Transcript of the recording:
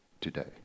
today